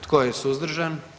Tko je suzdržan?